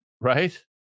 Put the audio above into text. Right